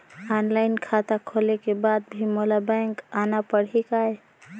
Online खाता खोले के बाद भी मोला बैंक आना पड़ही काय?